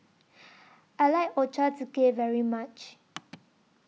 I like Ochazuke very much